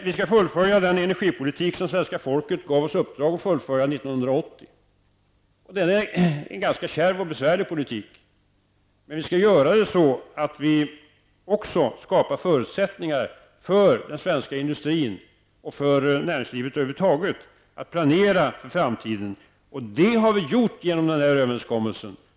Vi skall fullfölja den energipolitik som svenska folket gav oss i uppdrag att fullfölja 1980. Det är en ganska kärv och besvärlig politik, men vi skall göra det och även skapa förutsättningar för den svenska industrin och det svenska näringslivet över huvud taget att planera för framtiden. Det har vi gjort genom den här överenskommelsen.